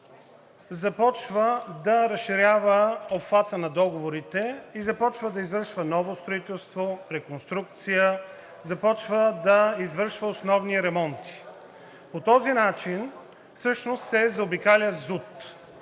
започва да разширява обхвата на договорите и започва да извършва ново строителство, реконструкция, започва да извършва основни ремонти. По този начин всъщност се заобикаля ЗУТ.